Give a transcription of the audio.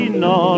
no